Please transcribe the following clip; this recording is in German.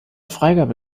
freigabe